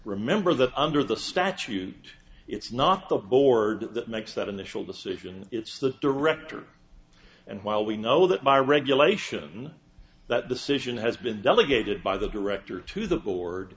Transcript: remember that under the statute it's not the board that makes that initial decision it's the director and while we know that by regulation that decision has been delegated by the director to the board